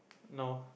no